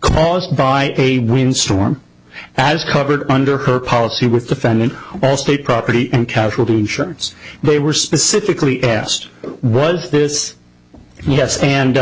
caused by a windstorm as covered under her policy with defendant or state property and casualty insurance they were specifically asked was this yes and